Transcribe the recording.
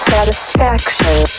Satisfaction